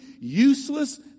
useless